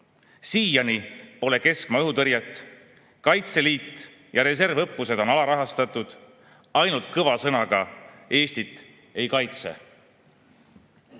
pole keskmaa õhutõrjet. Kaitseliit ja reservõppused on alarahastatud. Ainult kõva sõnaga Eestit ei kaitse.